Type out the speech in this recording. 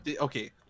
Okay